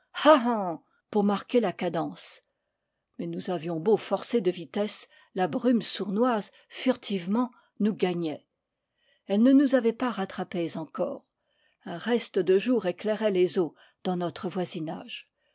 pour marquer la cadence mais nous avions beau forcer de vitesse la brume sournoise furtivement nous gagnait elle ne nous avait pas rattrapés encore un reste de jour éclairait les eaux dans notre voisinage